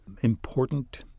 important